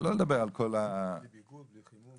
שלא לדבר על כל ה- -- בלי ביגוד, בלי חימום.